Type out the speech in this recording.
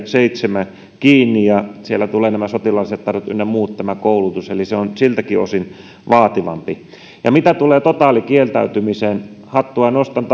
seitsemän kiinni ja siellä tulee nämä sotilaalliset taidot ynnä muut tämä koulutus eli se on siltäkin osin vaativampi ja mitä tulee totaalikieltäytymiseen hattua nostan